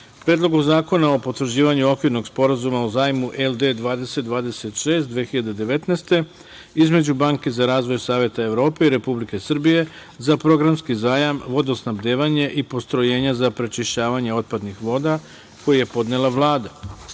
Predlogu zakona o potvrđivanju Okvirnog sporazuma o Zajmu LD 2026-2019 između Banke za razvoj Saveta Evrope i Republike Srbije za programski zajam vodosnabdevanje i postrojenja za prečišćavanje otpadnih voda, koji je podnela Vlada;